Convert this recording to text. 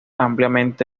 ampliamente